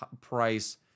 price